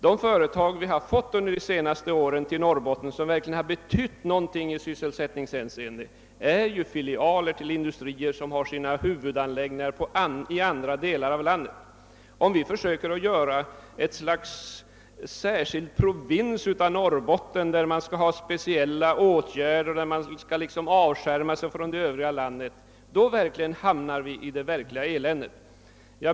De företag som vi under de senaste åren fått till Norrbotten och som verkligen betytt någonting i sysselsättningshänseende är filialer till industrier som har sina huvudanläggningar i andra delar av landet. Om vi försöker göra ett slags särskild provins av Norrbotten, som kräver speciella åtgärder och som skall avskärmas från övriga delar av landet, så kommer vi att hamna i det verkliga eländet.